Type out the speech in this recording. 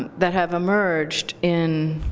um that have emerged in